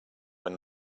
when